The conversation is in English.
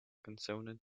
consonant